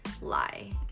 lie